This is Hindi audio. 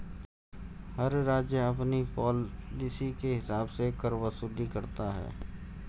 हर राज्य अपनी पॉलिसी के हिसाब से कर वसूली करता है